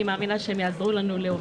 אני מאמינה שהם יעזרו לנו להוביל את הוועדה.